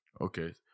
Okay